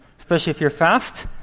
especially if you're fast.